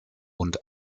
und